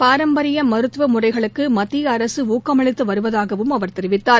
பாரம்பரிய மருத்துவ முறைகளுக்கு மத்திய அரசு ஊக்கமளித்து வருவதாகவும் அவர் தெரிவித்தார்